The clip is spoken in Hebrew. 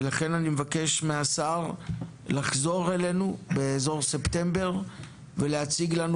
ולכן אני מבקש מהשר לחזור אלינו באזור ספטמבר ולהציג לנו